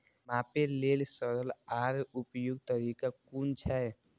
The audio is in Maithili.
मापे लेल सरल आर उपयुक्त तरीका कुन छै?